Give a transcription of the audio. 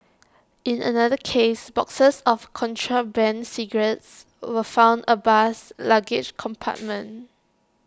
in another case boxes of contraband cigarettes were found A bus's luggage compartment